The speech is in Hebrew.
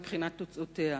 מבחינת תוצאותיה.